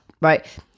right